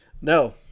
no